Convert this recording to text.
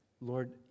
Lord